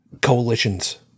coalitions